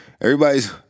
Everybody's